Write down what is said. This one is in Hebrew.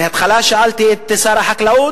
בהתחלה שאלתי את שר החקלאות,